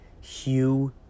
Hugh